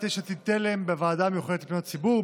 יש עתיד-תל"ם: בוועדה המיוחדת לפניות הציבור,